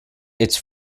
its